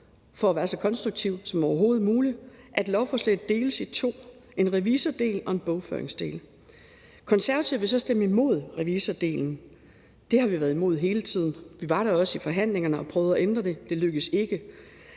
for at være så konstruktiv som overhovedet muligt – at lovforslaget deles i to, nemlig i en revisordel og i en bogføringsdel. Konservative vil så stemme imod revisordelen. Det har vi været imod hele tiden, og vi var det også i forhandlingerne og prøvede at ændre det, men det lykkedes ikke.